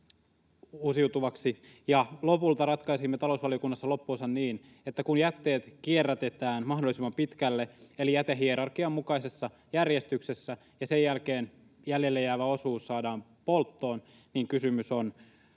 lopulta ratkaisimme talousvaliokunnassa loppuosan niin, että kun jätteet kierrätetään mahdollisimman pitkälle eli jätehierarkian mukaisessa järjestyksessä ja sen jälkeen jäljelle jäävä osuus saadaan polttoon, niin kysymys on